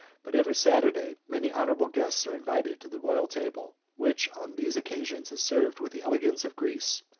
but every saturday, many honorable guests are invited to the royal table, which, on these occasions, is served with the elegance of greece,